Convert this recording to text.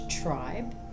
Tribe